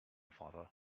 father